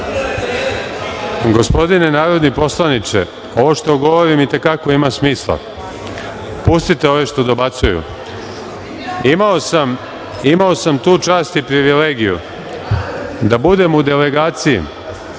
smiren. Gospodine narodni poslaniče, ovo što govorim i te kako ima smisla, pustite ove što dobacuju. Imao sam tu čast i privilegiju da budem u delegaciji